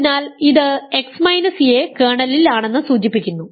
അതിനാൽ ഇത് x a കേർണലിൽ ആണെന്ന് സൂചിപ്പിക്കുന്നു